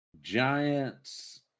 Giants